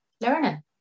Learning